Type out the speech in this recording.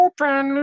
Open